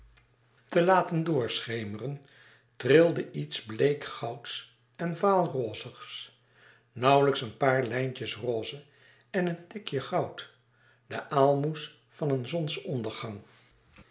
te laten doorschemeren trilde iets bleekgouds en vaalrozigs nauwelijks een paar lijntjes roze en een tikje goud de aalmoes van een zonsondergang